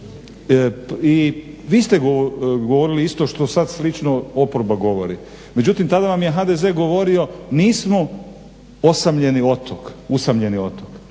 I vi ste govorili isto što sad slično oporba govori, međutim tada vam je HDZ govorio nismo usamljeni otok kad ste